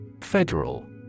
Federal